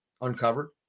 uncovered